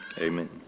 Amen